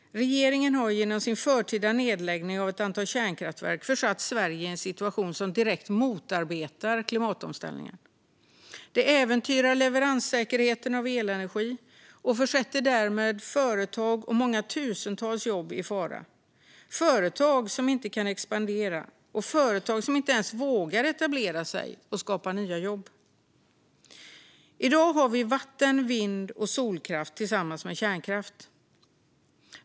Regeringen har genom sin förtida nedläggning av ett antal kärnkraftverk försatt Sverige i en situation som direkt motarbetar klimatomställningen. Det äventyrar leveranssäkerheten av elenergi och försätter därmed företag och många tusentals jobb i fara - företag som inte kan expandera och företag som inte ens vågar etablera sig och skapa nya jobb. I dag har vi vatten-, vind och solkraft tillsammans med kärnkraft.